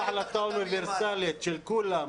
זו החלטה אוניברסלית של כולם,